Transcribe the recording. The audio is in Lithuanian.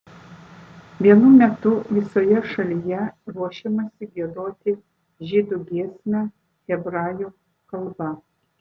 vienu metu visoje šalyje ruošiamasi giedoti žydų giesmę hebrajų kalba